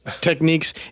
techniques